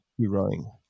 rowing